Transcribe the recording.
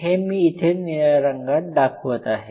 हे मी इथे निळ्या रंगात दाखवत आहे